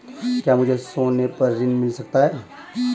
क्या मुझे सोने पर ऋण मिल सकता है?